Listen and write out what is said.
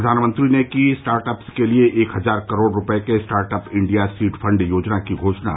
प्रधानमंत्री ने की स्टार्टअप्स के लिए एक हजार करोड रुपये के स्टार्टअप इंडिया सीड फंड योजना की घोषणा